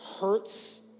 hurts